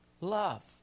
love